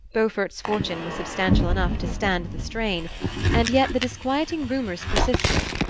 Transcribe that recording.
beaufort's fortune was substantial enough to stand the strain and yet the disquieting rumours persisted,